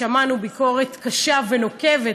שמענו ביקורת קשה ונוקבת,